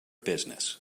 business